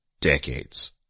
decades